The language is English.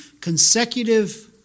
consecutive